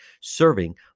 Serving